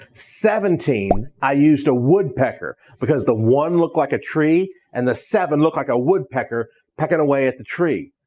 seventeen, i used a woodpecker, because the one looked like a tree, and the seven looked like a woodpecker pecking away at the tree.